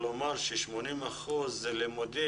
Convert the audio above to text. סונדוס סאלח ולומר ש-80 אחוזים לימודים,